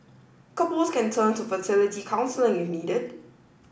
couples can turn to fertility counselling if needed